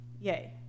Yay